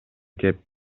кеп